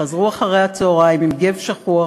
חזרו אחרי הצהריים עם גו שחוח,